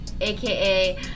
aka